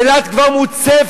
אילת כבר מוצפת